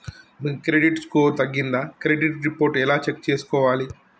మీ credit score తగ్గిందా credit report ఎలా check చేసుకోవాలి?